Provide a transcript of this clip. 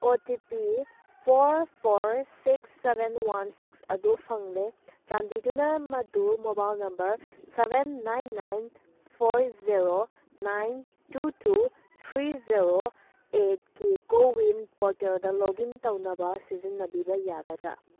ꯑꯣ T P four four six seven one six ꯑꯗꯨ ꯐꯪꯂꯦ ꯆꯥꯟꯕꯤꯗꯨꯅ ꯃꯗꯨ mobile number seven nine nine four zero nine two two three zero ꯑꯦꯠꯀꯤ CoWIN ꯄꯣꯔꯇꯦꯜꯗ ꯂꯣꯒ ꯏꯟ ꯇꯧꯅꯕ ꯁꯤꯖꯤꯟꯅꯕꯤꯕ ꯌꯥꯒꯗ꯭ꯔꯥ